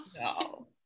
no